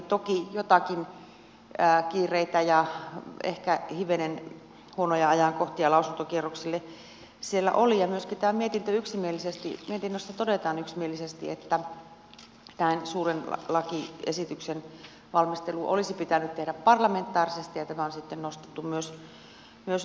toki joitakin kiireitä ja ehkä hivenen huonoja ajankohtia lausuntokierrokselle siellä oli ja myöskin mietinnössä todetaan yksimielisesti että tämän suuren lakiesityksen valmistelu olisi pitänyt tehdä parlamentaarisesti ja tämä on sitten nostettu myös lausumaan